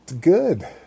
good